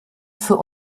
für